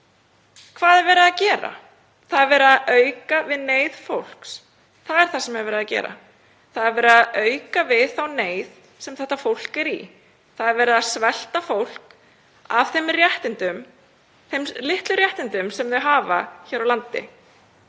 Hvað er verið að gera? Það er verið að auka við neyð fólks. Það er það sem er verið að gera. Það er verið að auka við þá neyð sem þetta fólk er í. Það er verið að svipta fólk þeim litlu réttindum sem það hefur hér á landi.